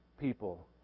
people